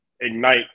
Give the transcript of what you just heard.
ignite